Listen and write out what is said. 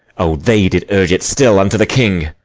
o, they did urge it still unto the king!